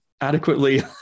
adequately